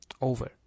Over